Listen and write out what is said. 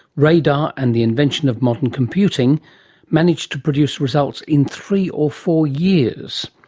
radar and the invention of modern computing managed to produce results in three or four years.